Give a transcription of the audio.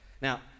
Now